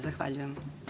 Zahvaljujem.